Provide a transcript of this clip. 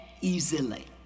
easily